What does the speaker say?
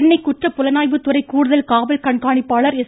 சென்னை குற்றப் புலனாய்வு துறை கூடுதல் காவல் கண்காணிப்பாளர் எஸ்